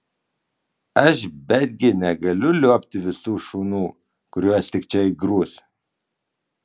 aš betgi negaliu liuobti visų šunų kuriuos tik čia įgrūs